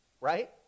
Right